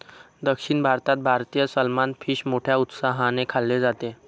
दक्षिण भारतात भारतीय सलमान फिश मोठ्या उत्साहाने खाल्ले जाते